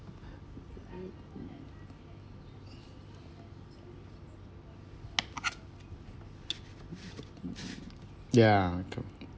ya co~